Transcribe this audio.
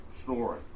story